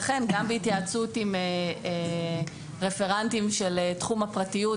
לכן גם בהתייעצות עם רפרנטים של תחום הפרטיות